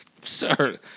Sir